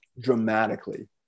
dramatically